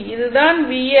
இது தான் VL